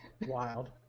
wild